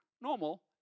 normal